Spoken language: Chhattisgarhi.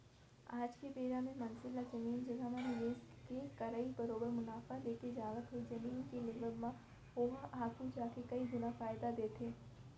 आज के बेरा म मनसे ला जमीन जघा म निवेस के करई बरोबर मुनाफा देके जावत हे जमीन के लेवब म ओहा आघु जाके कई गुना फायदा देथे